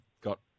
got